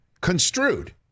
construed